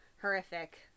horrific